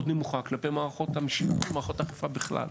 נמוכה כלפי מערכת המשפט וכלפי מערכות האכיפה בכלל.